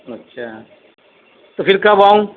اچھا تو پھر کب آؤں